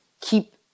keep